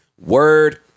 Word